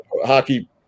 hockey